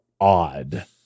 odd